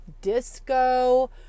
disco